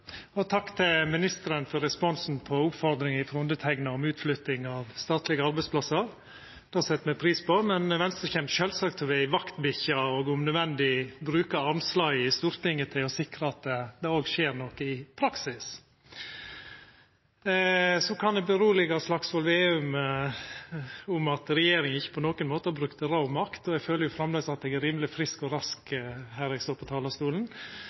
Takk til ministeren for responsen på oppfordringa frå meg om utflytting av statlege arbeidsplassar. Det set me pris på. Men Venstre kjem sjølvsagt til å vera ei vaktbikkje og, om nødvendig, bruka armslaget i Stortinget til å sikra at det òg skjer noko i praksis. Så kan eg roa Slagsvold Vedum og seia at regjeringa ikkje på nokon måte har brukt rå makt. Eg føler framleis eg er rimeleg frisk og rask her eg står på talarstolen.